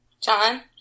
John